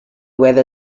weather